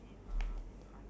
ya